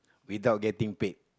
without getting paid